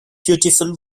beautiful